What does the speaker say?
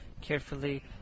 carefully